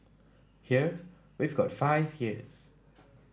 here we've got five years